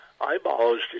eyeballs